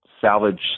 salvage